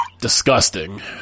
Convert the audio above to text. disgusting